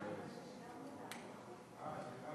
חמש דקות.